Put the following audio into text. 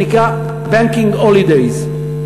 שנקרא banking holidays.